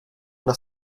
una